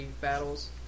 battles